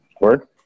Word